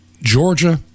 Georgia